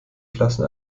klassen